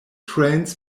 trains